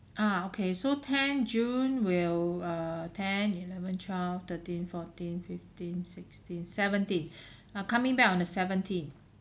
ah okay so ten june will err ten eleven twelve thirteen fourteen fifteen sixteen seventeen uh coming back on the seventeenth